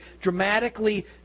dramatically